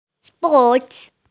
Sports